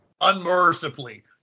Unmercifully